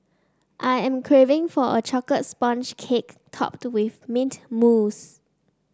I am craving for a chocolate sponge cake topped with mint mousse